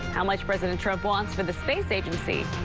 how much president trump wants for the space agency,